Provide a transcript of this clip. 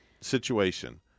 situation